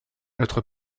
notre